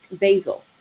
basil